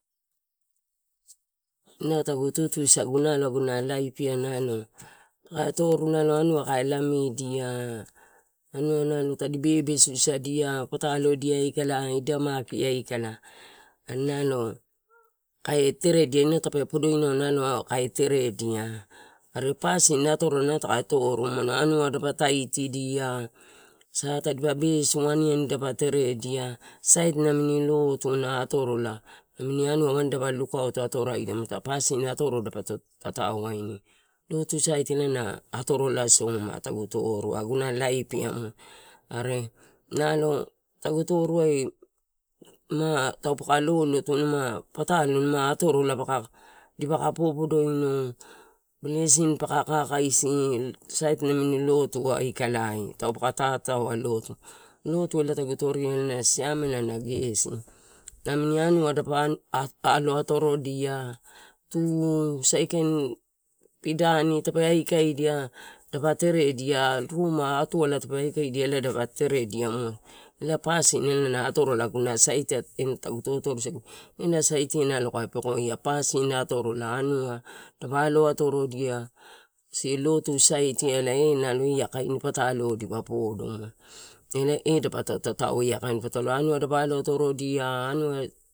Inau tagu tutusagu nalo aguna laip ia nalo laetoru anua kae lamidia, anua tadi bebesu sadia ia patalodia aikala. Ida maki aikala are nalo kae teredia, inau tape podoinau kae teredia. Are pasin atorola taka toru umano anua dapa taitidia, sa tadipa besu aniani dapa teredia, sait namini lotu na atorola namini anua waini dapa lukauto atorodia, mu atae pasin atoro dapototatao waini, lotu sait elae na atorola soma toru aguna laip. Are nalo tagu toruai ma uma patalo ma atorola paka dipa popodoino blesin paka, kakaisi sait namin lotu aikalai, taupe ka tataua lotu, lotu elae tagu toria elae siamela na gesi, namini anua pa alo atorodia tu-saikain pidani tape aikaedia, dapa teredia, ruma atuala tape aikaedia elae dapa teredia elae na pasin atorola aguna sait ia tagu totorusaga ena saite kae pekoia pasin atorola anua dapa aloatorodia, kasi lotu sait e nalo io ekain pataloai dipa podo elae e dapoto tataudia ekain pataloai anua dapa alo atorodia anua.